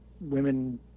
women